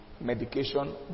medication